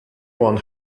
won